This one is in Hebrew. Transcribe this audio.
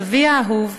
סבי האהוב,